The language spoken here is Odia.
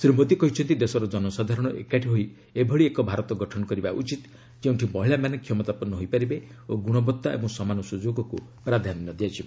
ଶ୍ରୀ ମୋଦି କହିଛନ୍ତି ଦେଶର ଜନସାଧାରଣ ଏକାଠି ହୋଇ ଏଭଳି ଏକ ଭାରତ ଗଠନ କରିବା ଉଚିତ ଯେଉଁଠି ମହିଳାମାନେ କ୍ଷମତାପନ୍ନ ହୋଇପାରିବେ ଓ ଗ୍ରଶବତ୍ତା ଏବଂ ସମାନ ସୁଯୋଗକୁ ପ୍ରାଧାନ୍ୟ ଦିଆଯିବ